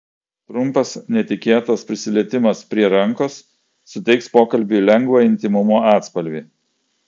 trumpas netikėtas prisilietimas prie rankos suteiks pokalbiui lengvą intymumo atspalvį